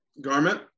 garment